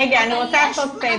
אני רוצה לעשות סדר.